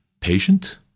patient